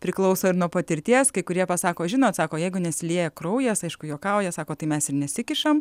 priklauso ir nuo patirties kai kurie pasako žinot sako jeigu nesilieja kraujas aišku juokauja sako tai mes ir nesikišam